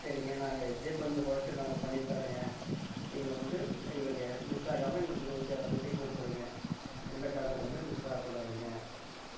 சரிங்க நாங்கள் எப்படி கொஞ்சம் குறச்சி நாங்கள் பண்ணித்தரங்க நீங்கள் வந்து எங்களுக்கு மிஸ் ஆகாம எங்களுக்கு இருபத்தி ஏழாம்தேதி கொடுத்துருங்க எந்த காரணத்தை கொண்டும் மிஸ் ஆககூடாதுங்க